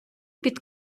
під